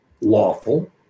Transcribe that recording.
lawful